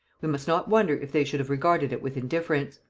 we must not wonder if they should have regarded it with indifference.